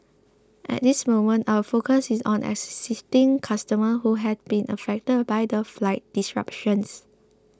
at this moment our focus is on assisting customers who have been affected by the flight disruptions